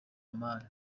lamar